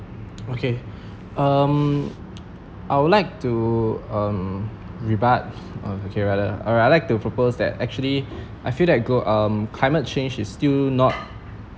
okay um I would like to um rebut or okay rather I'd like to propose that actually I feel that glo~ um climate change is still not